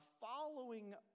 following